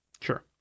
Sure